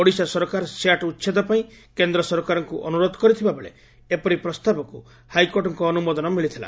ଓଡ଼ିଶା ସରକାର ସ୍ୟାଟ୍ ଉଛେଦ ପାଇଁ କେଦ୍ର ସରକାରଙ୍କୁ ଅନୁରୋଧ କରିଥିବା ବେଳେ ଏପରି ପ୍ରସ୍ତାବକୁ ହାଇକୋର୍ଟଙ୍କ ଅନୁମୋଦନ ମିଳିଥିଲା